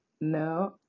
no